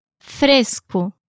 Fresco